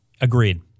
Agreed